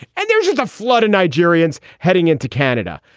and there is a flood of nigerians heading into canada.